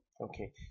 Okay